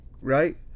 Right